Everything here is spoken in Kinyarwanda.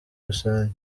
rusange